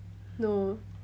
no